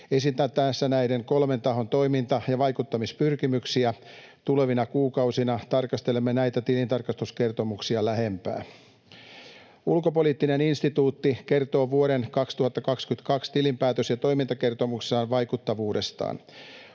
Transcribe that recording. Esitän tässä näiden kolmen tahon toiminta- ja vaikuttamispyrkimyksiä. Tulevina kuukausina tarkastelemme näitä tilintarkastuskertomuksia lähemmin. Ulkopoliittinen instituutti kertoo vuoden 2022 tilinpäätös- ja toimintakertomuksessaan vaikuttavuudestaan.